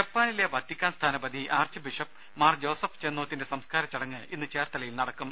ജപ്പാനിലെ വത്തിക്കാൻ സ്ഥാനപതി archbishop Mar Joseph ചേന്നോത്തിന്റെ സംസ്കാര ചടങ്ങ് ഇന്ന് ചേർത്തലയിൽ നടക്കും